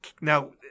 now